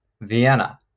Vienna